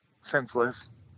senseless